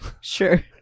Sure